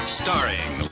starring